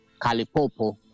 Kalipopo